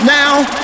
now